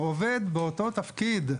העובד באותו התפקיד,